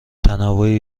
تنوعی